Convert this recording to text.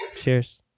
Cheers